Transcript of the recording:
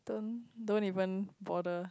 don't don't even bother